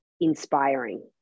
inspiring